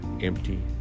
empty